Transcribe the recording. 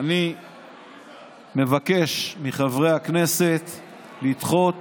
אני מבקש מחברי הכנסת לדחות